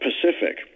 Pacific